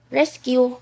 rescue